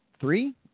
Three